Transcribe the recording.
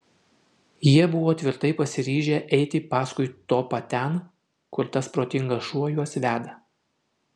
jie buvo tvirtai pasiryžę eiti paskui topą ten kur tas protingas šuo juos veda